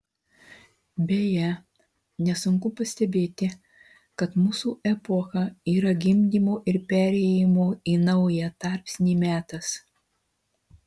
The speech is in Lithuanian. beje nesunku pastebėti kad mūsų epocha yra gimdymo ir perėjimo į naują tarpsnį metas